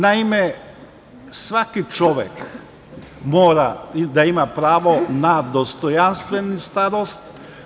Naime, svaki čovek mora da ima pravo na dostojanstvenu starost.